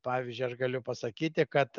pavyzdžiui aš galiu pasakyti kad